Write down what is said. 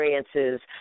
experiences